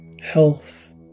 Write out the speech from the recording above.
health